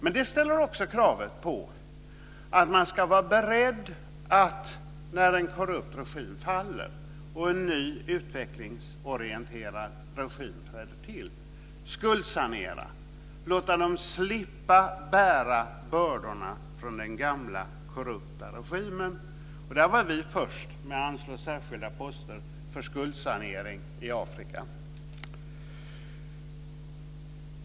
Men det ställer också krav på att man ska vara beredd, när en korrupt regim faller och en ny utvecklingsorienterad regim träder till, att skuldsanera. Man ska låta dem slippa bära bördorna från den gamla korrupta regimen. Vi var först med att anslå särskilda poster för skuldsanering i Afrika.